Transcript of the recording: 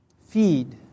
feed